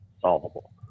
solvable